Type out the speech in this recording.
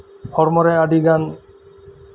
ᱦᱚᱲᱢᱚ ᱨᱮ ᱟᱹᱰᱤ ᱜᱟᱱ